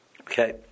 Okay